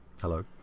Hello